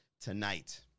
tonight